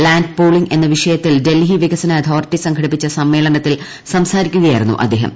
land pooling എന്ന വിഷയത്തിൽ ഡൽഹി വികസന അതോറിറ്റി സംഘടിപ്പിച്ച സമ്മേളനത്തിൽ സംസാരിക്കുകയായിരുന്നു അദ്ദേഹം